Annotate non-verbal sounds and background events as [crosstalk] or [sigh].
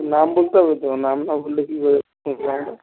নাম বলতে হবে তো নাম না বললে কী করে হবে [unintelligible]